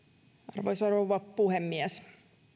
arvoisa rouva puhemies